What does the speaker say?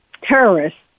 terrorists